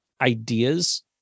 ideas